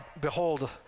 behold